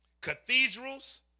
cathedrals